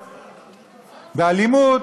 באלימות.